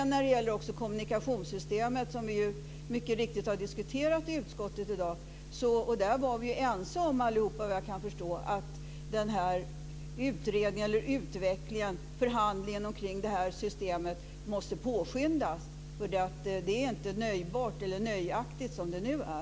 När det gäller kommunikationssystemet, som vi mycket riktigt har diskuterat i utskottet i dag, var vi såvitt jag kan förstå ense allihop om att förhandlingen om det här systemet måste påskyndas. Det är inte nöjaktigt som det nu är.